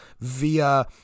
via